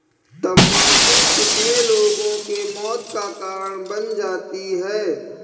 तम्बाकू कितने लोगों के मौत का कारण बन जाती है